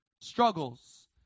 struggles